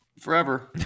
forever